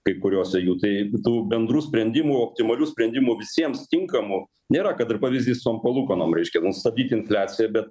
kai kuriose jų tai tų bendrų sprendimų optimalių sprendimų visiems tinkamų nėra kad ir pavyzdys su tom palūkanom reiškia nu stabdyt infliaciją bet